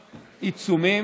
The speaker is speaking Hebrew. אני כבר מסיים.